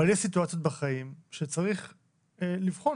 אבל יש סיטואציות בחיים שצריך לבחון,